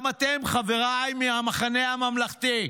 גם אתם, חבריי מהמחנה הממלכתי,